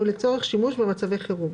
ולצורך שימוש במצבי חירום.